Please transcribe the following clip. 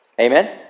amen